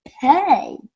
pay